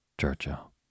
Churchill